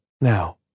Now